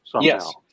Yes